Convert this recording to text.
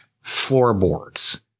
floorboards